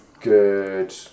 good